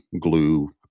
glue